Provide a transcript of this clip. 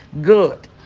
good